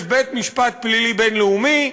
יש בית-משפט פלילי בין-לאומי,